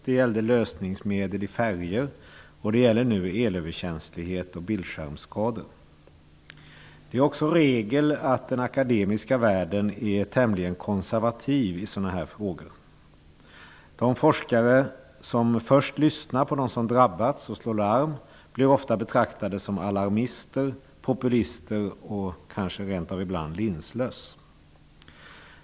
Det gällde lösningsmedel i färger och det gäller nu elöverkänslighet och bildskärmsskador. Det är också regel att den akademiska världen är tämligen konservativ i sådana här frågor. De forskare som först lyssnar på dem som drabbats och slår larm blir ofta betraktade som alarmister, populister och kanske rent av ibland linslöss.